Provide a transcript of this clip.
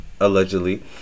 allegedly